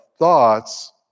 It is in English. thoughts